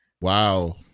Wow